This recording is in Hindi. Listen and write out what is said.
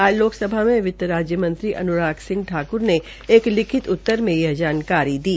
आज लोकसभा में वित राज्य मंत्री अन्राक सिंह ठाक्र ने एक लिखित उत्तर में यह जानकारी दी